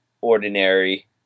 ordinary